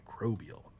microbial